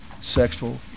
sexual